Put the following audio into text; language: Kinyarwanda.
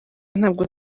ntabwo